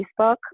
Facebook